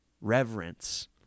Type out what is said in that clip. reverence